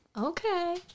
Okay